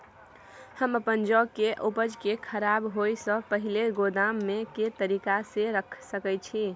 हम अपन जौ के उपज के खराब होय सो पहिले गोदाम में के तरीका से रैख सके छी?